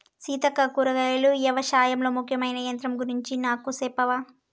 సీతక్క కూరగాయలు యవశాయంలో ముఖ్యమైన యంత్రం గురించి నాకు సెప్పవా